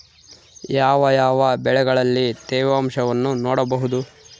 ಯಾವ ಯಾವ ಬೆಳೆಗಳಲ್ಲಿ ತೇವಾಂಶವನ್ನು ನೋಡಬಹುದು?